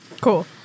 Cool